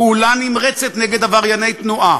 פעולה נמרצת נגד עברייני תנועה,